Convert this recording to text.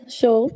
show